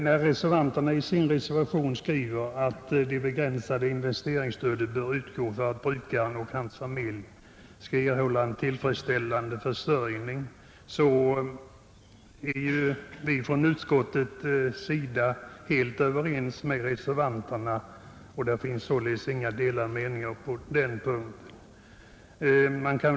När reservanterna i sin reservation skriver att det begränsade investeringsstödet bör utgå för att brukaren och hans familj skall erhålla en tillfredsställande försörjning, är vi inom utskottet helt överens med reservanterna, och det finns således inga delade meningar på den punkten.